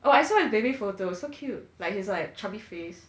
oh I saw his baby photo so cute like he's like a chubby face